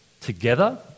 together